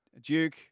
Duke